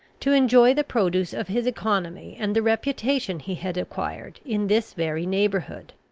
to enjoy the produce of his economy, and the reputation he had acquired, in this very neighbourhood.